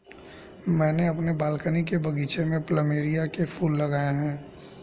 मैंने अपने बालकनी के बगीचे में प्लमेरिया के फूल लगाए हैं